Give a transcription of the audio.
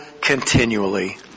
continually